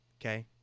Okay